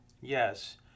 Yes